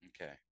Okay